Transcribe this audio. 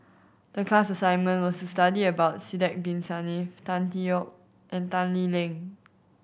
the class assignment was study about Sidek Bin Saniff Tan Tee Yoke and Tan Lee Leng